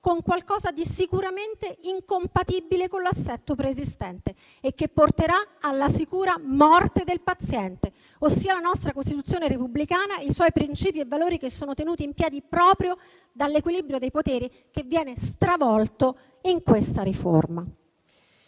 con qualcosa di sicuramente incompatibile con l'assetto preesistente, che porterà alla sicura morte del paziente, ossia la nostra Costituzione repubblicana e i suoi principi e valori, che sono tenuti in piedi proprio dall'equilibrio dei poteri, che viene stravolto in questa riforma.